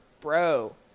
bro